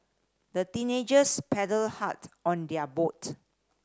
the teenagers paddled hard on their boat